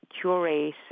curate